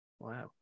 Wow